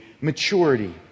maturity